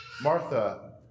Martha